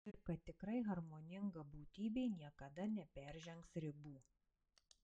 ir kad tikrai harmoninga būtybė niekada neperžengs ribų